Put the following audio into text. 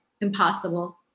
impossible